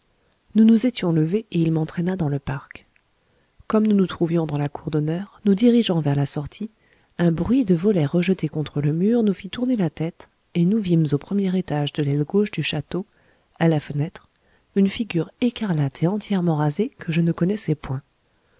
nous nous étions levés et il m'entraîna dans le parc comme nous nous trouvions dans la cour d'honneur nous dirigeant vers la sortie un bruit de volets rejetés contre le mur nous fit tourner la tête et nous vîmes au premier étage de l'aile gauche du château à une fenêtre une figure écarlate et entièrement rasée que je ne connaissais point